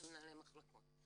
הם מנהלי מחלקות.